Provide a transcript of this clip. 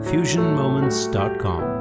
FusionMoments.com